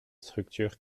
structures